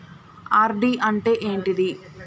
RD అంటే ఏంటిది?